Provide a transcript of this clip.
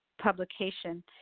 publication